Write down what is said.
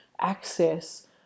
access